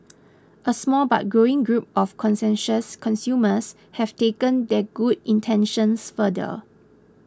a small but growing group of conscientious consumers have taken their good intentions further